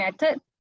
method